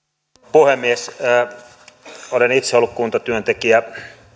puhemies olen itse ollut kuntatyöntekijä